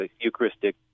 Eucharistic